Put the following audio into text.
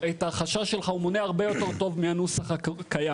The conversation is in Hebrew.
את החשש שלך הוא מונע הרבה יותר טוב מהנוסח הקיים.